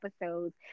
episodes